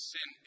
Sin